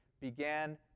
began